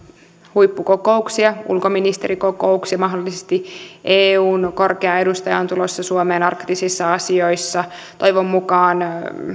huippukokouksia ulkoministerikokouksia mahdollisesti eun korkea edustaja on tulossa suomeen arktisissa asioissa toivon mukaan